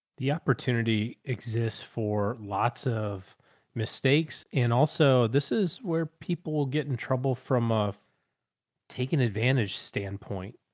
the opportunity exists for lots of mistakes. and also this is where people will get in trouble from a taken advantage standpoint.